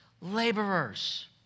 laborers